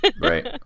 Right